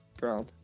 ground